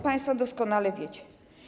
Państwo doskonale to wiecie.